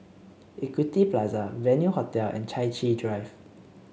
Equity Plaza Venue Hotel and Chai Chee Drive